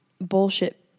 bullshit